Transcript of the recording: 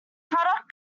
product